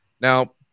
Now